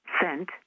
Sent